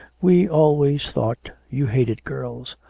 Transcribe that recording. we always thought you hated girls.